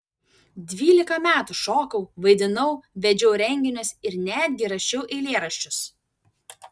dvylika metų šokau vaidinau vedžiau renginius ir netgi rašiau eilėraščius